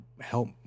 help